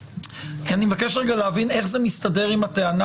אני מבקש רגע להבין איך זה מסתדר עם הטענה